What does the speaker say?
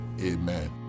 Amen